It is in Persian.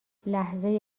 لحظه